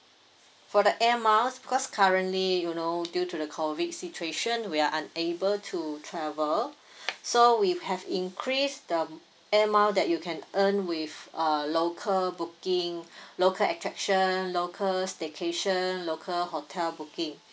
for the air miles because currently you know due to the COVID situation we are unable to travel so we've increase the air mile that you can earn with uh local booking local attraction local staycation local hotel booking